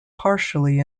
partially